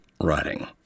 writing